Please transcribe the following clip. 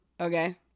okay